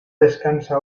descansa